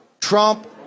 Trump